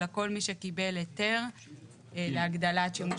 אלא כל מי שקיבל היתר להגדלת שימוש